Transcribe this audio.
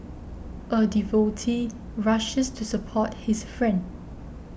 a devotee rushes to support his friend